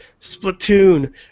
Splatoon